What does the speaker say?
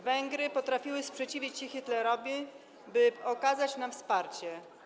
Węgry potrafiły sprzeciwić się Hitlerowi, by okazać nam wsparcie.